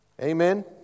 Amen